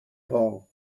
paul